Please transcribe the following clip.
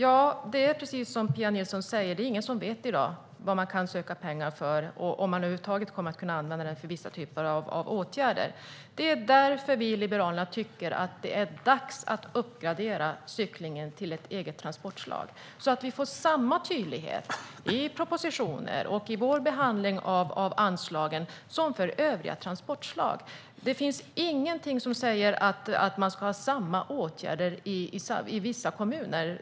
Herr talman! Precis som Pia Nilsson säger är det ingen som i dag vet vad man kan söka pengar för och om man över huvud taget kommer att kunna använda dem för vissa typer av åtgärder. Det är därför som vi i Liberalerna tycker att det är dags att uppgradera cyklingen till ett eget transportslag, så att vi får samma tydlighet i propositioner och i vår behandling av anslagen som för övriga transportslag. Det finns ingenting som säger att man ska ha samma åtgärder i vissa kommuner.